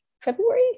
February